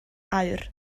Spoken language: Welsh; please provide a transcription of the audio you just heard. aur